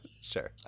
Sure